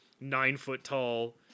nine-foot-tall